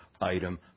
item